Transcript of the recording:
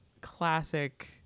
classic